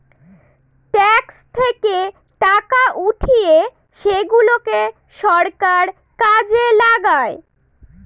tax থেকে টাকা উঠিয়ে সেগুলাকে সরকার কাজে লাগায়